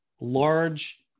large